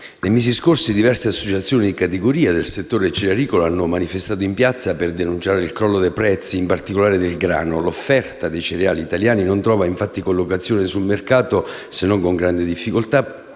nei mesi scorsi diverse associazioni di categoria del settore cerealicolo hanno manifestato in piazza per denunciare il crollo dei prezzi, in particolare del grano. L'offerta di cereali italiani non trova infatti collocazione sul mercato, se non con grande difficoltà,